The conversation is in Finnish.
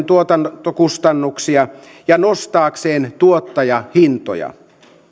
tuotantokustannuksia ja nostaakseen tuottajahintoja